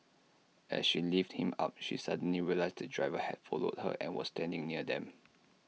as she lifted him up she suddenly realised the driver had followed her and was standing near them